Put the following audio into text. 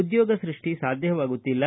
ಉದ್ಯೋಗ ಸೃಪ್ಪಿ ಸಾಧ್ಯವಾಗುತ್ತಿಲ್ಲ